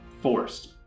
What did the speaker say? forced